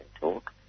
talk